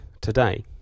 today